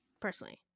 personally